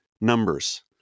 numbers